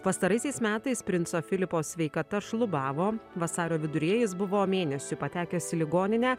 pastaraisiais metais princo filipo sveikata šlubavo vasario viduryje jis buvo mėnesiui patekęs į ligoninę